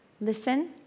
Listen